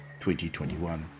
2021